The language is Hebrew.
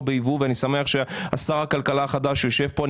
בייבוא ואני שמח ששר הכלכלה החדש יושב פה.